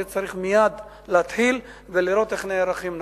היה צריך מייד להתחיל ולראות איך נערכים נכון.